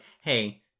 hey